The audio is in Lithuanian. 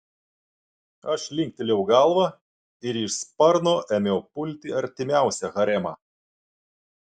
aš linktelėjau galvą ir iš sparno ėmiau pulti artimiausią haremą